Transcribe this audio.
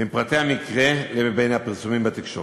בין פרטי המקרה לבין הפרסומים בתקשורת.